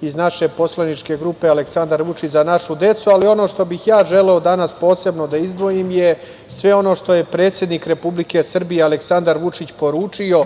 iz naše poslaničke grupe "Aleksandar Vučić - Za našu decu", ali ono što bih ja želeo danas posebno da izdvojim je sve ono što je predsednik Republike Srbije Aleksandar Vučić poručio